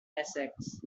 essex